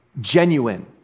Genuine